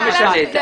לא משנה.